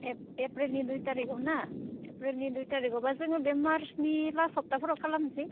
एप्रिलनि दुइ तारिकाव ना एप्रिलनि दुइ तारिकावबा जोङो बे मार्चनि लास्ट सप्ताफोराव खालामनोसै